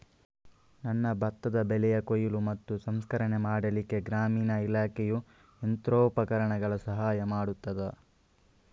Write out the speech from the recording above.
ನನ್ನ ಭತ್ತದ ಬೆಳೆಯ ಕೊಯ್ಲು ಮತ್ತು ಸಂಸ್ಕರಣೆ ಮಾಡಲಿಕ್ಕೆ ಗ್ರಾಮೀಣ ಇಲಾಖೆಯು ಯಂತ್ರೋಪಕರಣಗಳ ಸಹಾಯ ಮಾಡುತ್ತದಾ?